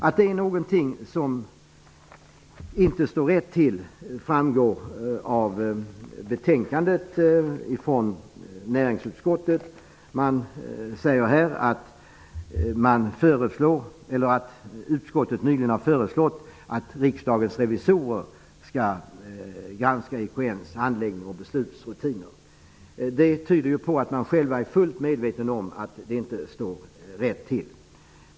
Att det finns någonting som inte står rätt till framgår att betänkandet från näringsutskottet. Man säger att utskottet nyligen har föreslagit att Riksdagens revisorer skall granska EKN:s behandlings och beslutsrutiner. Det tyder på att man är fullt medveten om att det inte står rätt till.